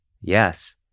yes